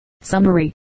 summary